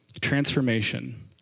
Transformation